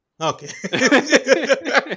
Okay